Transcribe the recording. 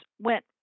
went